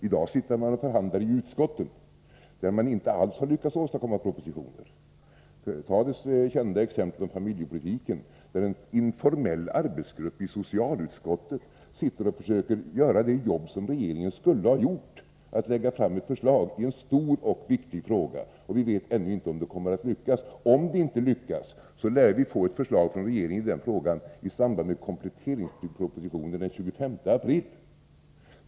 I dag sitter man och förhandlar i utskotten, i frågor där regeringen inte alls har lyckats åstadkomma propositioner. Ta det kända exemplet om familjepolitiken, där en informell arbetsgrupp i socialutskottet sitter och försöker göra det arbete som regeringen skulle ha gjort — framlägga förslag i en stor och viktig fråga. Vi vet ännu inte om det kommer att lyckas. Om det inte lyckas lär vi få ett förslag från regeringen i den frågan i samband med kompletteringspropositionen den 25 april.